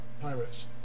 pirates